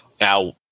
now